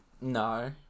No